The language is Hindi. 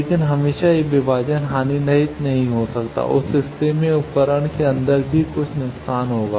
लेकिन हमेशा यह विभाजन हानिरहित नहीं हो सकता है उस स्थिति में उपकरण के अंदर भी कुछ नुकसान होगा